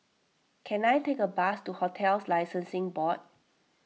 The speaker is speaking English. can I take a bus to Hotels Licensing Board